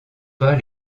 pas